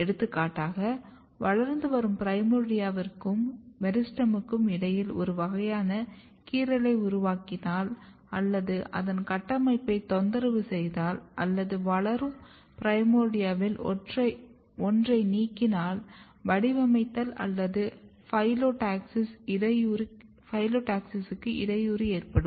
எடுத்துக்காட்டாக வளர்ந்து வரும் பிரைமோர்டியாவிற்கும் மெரிஸ்டெமுக்கும் இடையில் ஒரு வகையான கீறலை உருவாக்கினால் அல்லது அதன் கட்டமைப்பை தொந்தரவு செய்தால் அல்லது வளரும் பிரைமோர்டியாவில் ஒன்றை நீக்கினால் வடிவமைத்தல் அல்லது பைலோடாக்சிஸ்க்கு இடையூறு ஏற்படும்